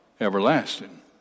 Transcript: everlasting